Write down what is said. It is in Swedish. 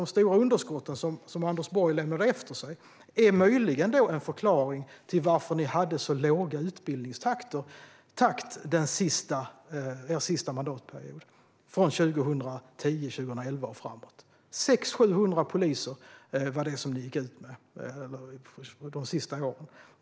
De stora underskott som Anders Borg lämnade efter sig är möjligen en förklaring till den låga utbildningstakten under er sista mandatperiod, Ann-Charlotte Hammar Johnsson, från 2010-2011 och framåt. 600-700 poliser gick ni ut med per år under de sista åren.